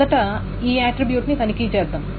మొదట ఈ ఆట్రిబ్యూట్ ని తనిఖీ చేద్దాం